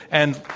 and